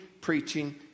preaching